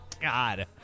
God